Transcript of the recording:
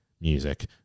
Music